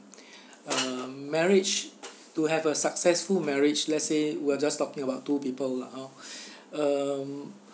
um marriage to have a successful marriage let's say we're just talking about two people lah hor um